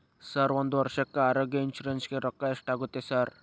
Sir ಒಂದು ವರ್ಷಕ್ಕೆ ಆರೋಗ್ಯ ಇನ್ಶೂರೆನ್ಸ್ ಗೇ ರೊಕ್ಕಾ ಎಷ್ಟಾಗುತ್ತೆ ಸರ್?